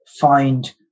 find